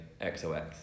XOX